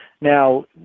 Now